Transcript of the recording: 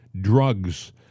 drugs